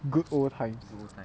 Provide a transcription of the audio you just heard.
good old times